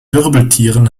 wirbeltieren